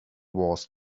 was